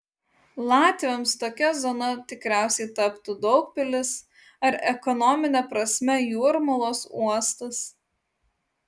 latviams tokia zona tikriausiai taptų daugpilis ar ekonomine prasme jūrmalos uostas